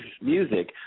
music